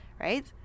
right